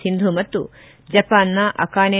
ಸಿಂಧು ಮತ್ತು ಜಪಾನಿನ ಅಕಾನೆ